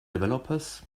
developers